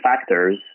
factors